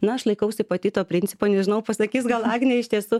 na aš laikausi pati to principo nežinau pasakys gal agnė iš tiesų